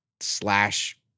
slash